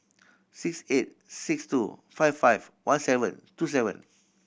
six eight six two five five one seven two seven